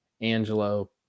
Angelo